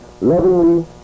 lovingly